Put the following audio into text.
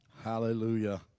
Hallelujah